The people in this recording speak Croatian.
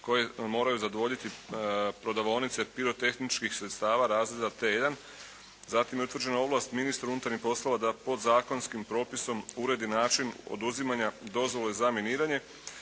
koje moraju zadovoljiti prodavaonice pirotehničkih sredstava razreda P1. Zatim je utvrđena ovlast ministra unutarnjih poslova da podzakonskim propisom uredi način oduzimanja dozvole za miniranje.